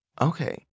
Okay